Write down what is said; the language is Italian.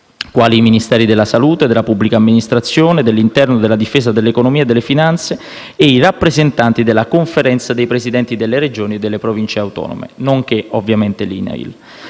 quali i Ministeri della salute, della pubblica amministrazione, dell'interno, della difesa, dell'economia e delle finanze e i rappresentanti della Conferenza dei Presidenti delle Regioni e delle Province autonome, nonché, ovviamente, l'INAIL.